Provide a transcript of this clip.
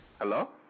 hello